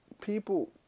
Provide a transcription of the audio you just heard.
people